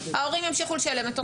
ההורים ימשיכו לשלם את אותו דבר.